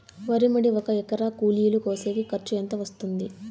వరి మడి ఒక ఎకరా కూలీలు కోసేకి ఖర్చు ఎంత వస్తుంది?